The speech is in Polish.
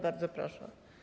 Bardzo proszę.